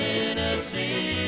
Tennessee